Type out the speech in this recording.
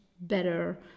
better